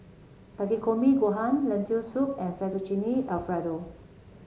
Takikomi Gohan Lentil Soup and Fettuccine Alfredo